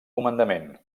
comandament